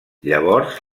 llavors